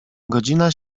godzina